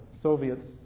Soviets